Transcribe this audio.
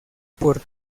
por